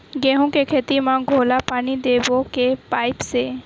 गेहूं के खेती म घोला पानी देबो के पाइप से?